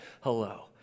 hello